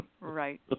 Right